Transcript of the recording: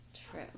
True